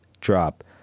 drop